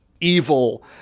evil